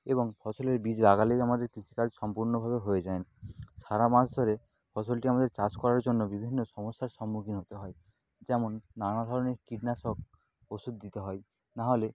এবং ফসলের বীজ লাগালেই আমাদের কৃষিকাজ সম্পূর্ণভাবে হয়ে যায় না সারা মাস ধরে ফসলটি আমাদের চাষ করার জন্য বিভিন্ন সমস্যার সম্মুখীন হতে হয় যেমন নানা ধরনের কীটনাশক ওষুধ দিতে হয় নাহলে